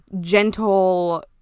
gentle